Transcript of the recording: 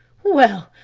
well,